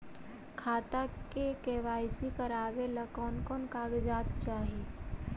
खाता के के.वाई.सी करावेला कौन कौन कागजात चाही?